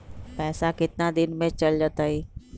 पैसा कितना दिन में चल जतई?